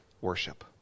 worship